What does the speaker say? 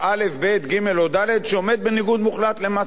ג' או ד' שעומד בניגוד מוחלט למה שאני חושב,